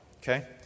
Okay